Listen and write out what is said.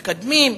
מתקדמים,